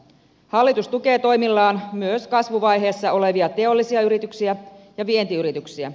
hallitus tukee toimillaan myös kasvuvaiheessa olevia teollisia yrityksiä ja vientiyrityksiä